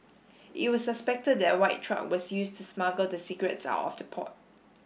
it was suspected that a white truck was used to smuggle the cigarettes out of the port